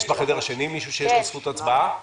יש בחדר השני מישהו שיש לו זכות הצבעה?